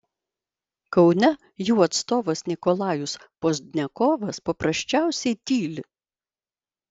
kaune jų atstovas nikolajus pozdniakovas paprasčiausiai tyli